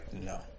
No